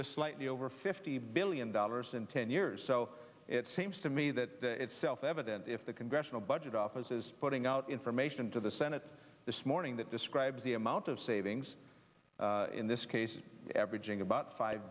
just slightly over fifty billion dollars in ten years so it seems to me that it's self evident if the congressional budget office is putting out information to the senate this morning that describes the amount of savings in this case averaging about five